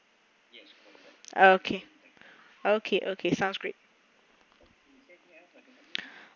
okay okay okay sounds great